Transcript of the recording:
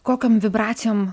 kokiom vibracijom